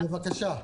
בבקשה,